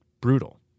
brutal